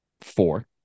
Four